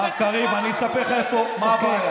מר קריב, אני אספר לך מה הבעיה.